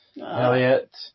Elliot